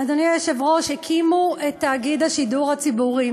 אדוני היושב-ראש, הקימו את תאגיד השידור הציבורי.